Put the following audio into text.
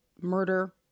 murder